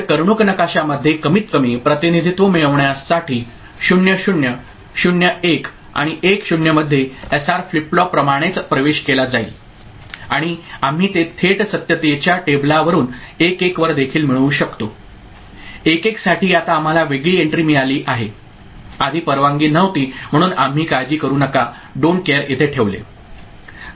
तर कर्णूक नकाशामध्ये कमीतकमी प्रतिनिधित्व मिळविण्यासाठी 0 0 0 1 आणि 1 0 मध्ये एसआर फ्लिप फ्लॉप प्रमाणेच प्रवेश केला जाईल आणि आम्ही ते थेट सत्यतेच्या टेबलावरुन 1 1 वर देखील मिळवू शकतो 1 1 साठी आता आम्हाला वेगळी एंट्री मिळाली आहे आधी परवानगी नव्हती म्हणून आम्ही काळजी करू नका don't care इथे ठेवले